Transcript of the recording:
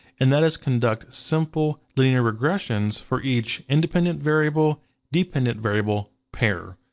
and that is conduct simple linear regressions for each independent variable dependent variable pair.